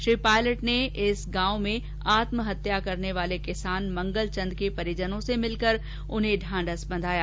श्री पायलट ने इस क्षेत्र में आत्महत्या करने वाले किसान मंगलचंद के परिजनों से मिलकर उन्हें ढांढस बंधाया